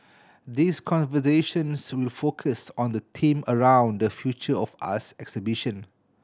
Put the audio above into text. these conversations will focus on the theme around the Future of us exhibition